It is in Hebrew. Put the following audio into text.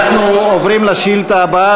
אנשים באים עם מדים הביתה.